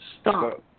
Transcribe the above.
Stop